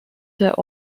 der